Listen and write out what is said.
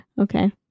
Okay